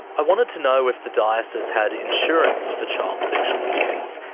i wanted to know if the diocese had insurance for child sexual abuse.